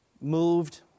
moved